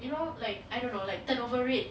you know like I don't know like turn over rate